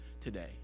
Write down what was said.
today